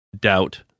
doubt